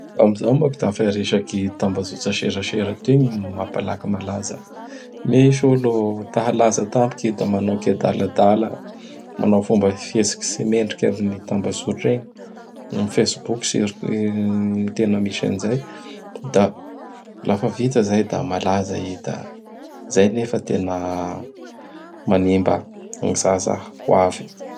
Amzao moa k dafa i resaky tambazotra serasera toy gny mapalaky malaza. Misy olo ta halaza tampoky i da manao kiadaladala. Manao fomba fietsiky tsy mendriky am tambazotra egny. Gny facebook surtout gn tena misy an zay. Da lafa vita zay da malaza i; da zay nefa tena manimba gny zaza ho avy.